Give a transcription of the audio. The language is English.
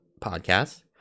podcast